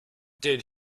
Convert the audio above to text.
did